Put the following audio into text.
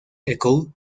echo